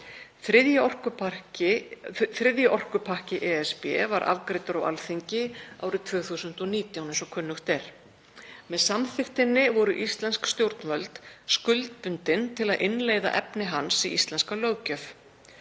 Þriðji orkupakki ESB var afgreiddur á Alþingi árið 2019. Með samþykktinni voru íslensk stjórnvöld skuldbundin til að innleiða efni hans í íslenska löggjöf.